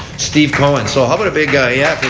steve coen. so how about a big ah yeah